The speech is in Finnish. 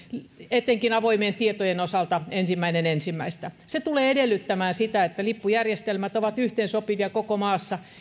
etenkin avoimien tietojen osalta ensimmäinen ensimmäistä se tulee edellyttämään sitä että lippujärjestelmät ovat yhteensopivia koko maassa